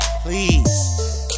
Please